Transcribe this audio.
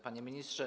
Panie Ministrze!